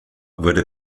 wurde